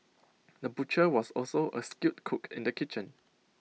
the butcher was also A skilled cook in the kitchen